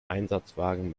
einsatzwagen